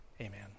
Amen